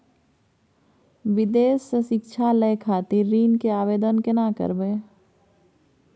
विदेश से शिक्षा लय खातिर ऋण के आवदेन केना करबे?